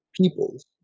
peoples